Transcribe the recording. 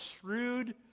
shrewd